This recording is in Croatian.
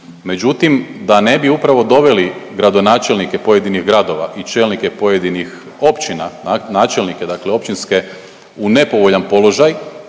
Međutim, da ne bi upravo doveli gradonačelnike pojedinih gradova i čelnike pojedinih općina, načelnike općine u nepovoljan položaj